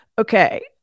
Okay